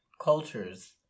cultures